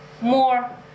more